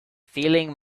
feeling